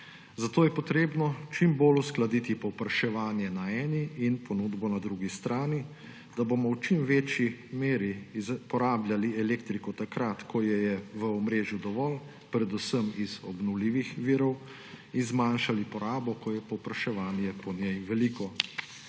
Zato je potrebno čim bolj uskladiti povpraševanje na eni in ponudbo na drugi strani, da bomo v čim večji meri porabljali elektriko takrat, ko jo je v omrežju dovolj, predvsem iz obnovljivih virov, in zmanjšali porabo, ko je povpraševanje po njej veliko.